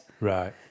Right